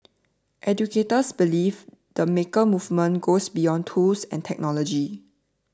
educators believe the maker movement goes beyond tools and technology